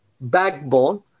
backbone